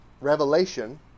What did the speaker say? revelation